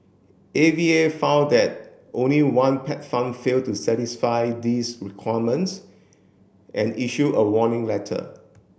A V A found that only one pet farm failed to satisfy these requirements and issue a warning letter